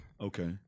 Okay